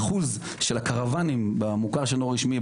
אחוז הקרוואנים במוכר שאינו רשמי,